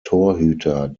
torhüter